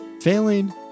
failing